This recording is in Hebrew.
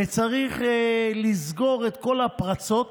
וצריך לסגור את כל הפרצות